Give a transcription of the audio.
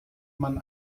man